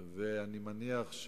אני מניח,